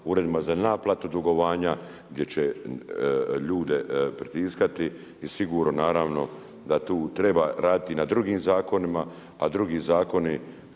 uredima za naplatu dugovanja gdje će ljude pritiskati. I sigurno da tu treba raditi na drugim zakonima, a drugi zakona